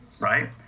right